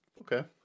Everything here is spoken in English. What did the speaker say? okay